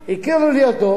הכירו לי אותו.